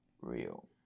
real